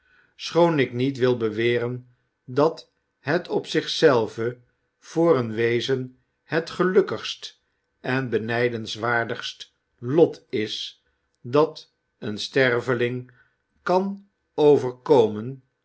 schoon ik niet wil beweren dat het op zich zelve voor een wezen het gelukkigst en benijdenswaardigst lot is dat een sterveling kan overkomen